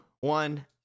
one